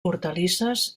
hortalisses